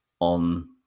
on